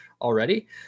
already